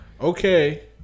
Okay